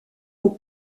pour